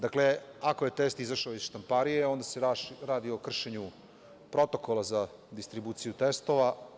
Dakle, ako je test izašao iz štamparije, onda se baš radi o kršenju protokola za distribuciju testova.